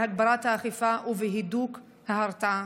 בהגברת האכיפה ובהידוק ההרתעה.